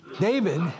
David